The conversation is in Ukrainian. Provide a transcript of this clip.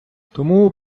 тому